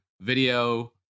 video